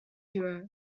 hero